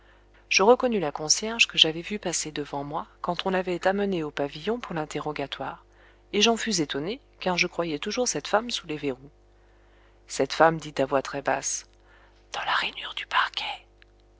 je reconnus la concierge que j'avais vue passer devant moi quand on l'avait amenée au pavillon pour l'interrogatoire et j'en fus étonné car je croyais toujours cette femme sous les verrous cette femme dit à voix très basse dans la rainure du parquet